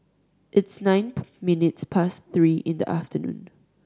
its nine minutes past three in the afternoon